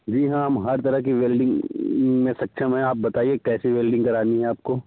जी हाँ हम हर तरह की वेल्डिंग में सक्षम हैं आप बताइये कैसे वेल्डिंग करानी है आपको